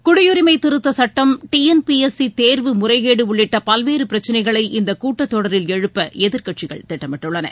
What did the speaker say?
குடியரிமை திருத்தச் சுட்டம் டிஎன்பிஎஸ்சி தேர்வு முறைகேடு உள்ளிட்ட பல்வேறு பிரச்சினைகளை இந்தக் கூட்டத்தொடரில் எழுப்ப எதிர்க்கட்சிகள் திட்டமிட்டுள்ளன